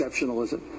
exceptionalism